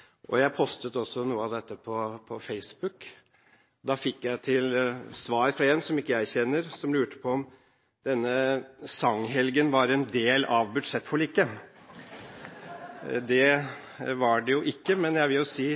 hente. Jeg postet også noe av dette på Facebook, og da fikk jeg til svar fra en som ikke jeg kjenner, som lurte på om denne sanghelgen var en del av budsjettforliket. Det er det jo ikke, men jeg vil si